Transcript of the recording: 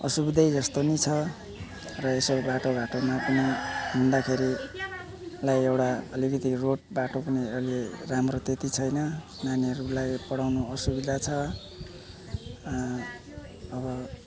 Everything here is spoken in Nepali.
असुविधा नै जस्तै नै छ र यसो बाटो घाटोमा पनि हिँड्दाखेरिलाई एउटा अलिकति रोड बाटो पनि अलिक राम्रो त्यति छैन नानीहरूलाई पढाउनु असुविधा छ अब